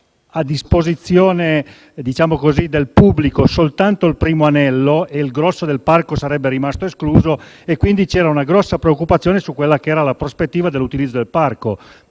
a disposizione del pubblico soltanto il primo anello e il grosso del parco sarebbe rimasto escluso. Quindi c'era grande preoccupazione sulla prospettiva dell'utilizzo del parco,